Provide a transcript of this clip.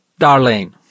Darlene